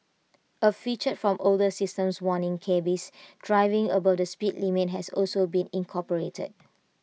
A feature from older systems warning cabbies driving above the speed limit has also been incorporated